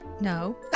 No